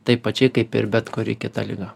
taip pačiai kaip ir bet kuri kita liga